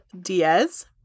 Diaz